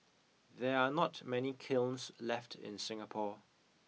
there are not many kilns left in Singapore